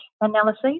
analysis